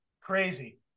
Crazy